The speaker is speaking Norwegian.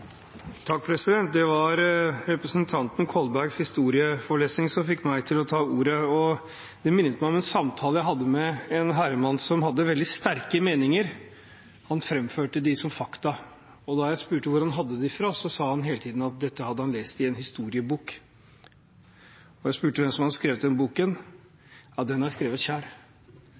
Kolbergs historieforelesning som fikk meg til å ta ordet. Det minnet meg om en samtale jeg hadde med en herremann som hadde veldig sterke meninger. Han framførte dem som fakta, og da jeg spurte hvor han hadde dem fra, sa han hele tiden at dette hadde han lest i en historiebok. Jeg spurte hvem som hadde skrevet den boken.